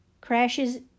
crashes